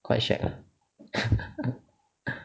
quite shag ah